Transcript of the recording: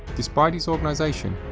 despite its organisation.